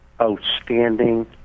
outstanding